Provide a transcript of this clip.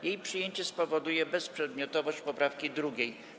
Jej przyjęcie spowoduje bezprzedmiotowość poprawki 2.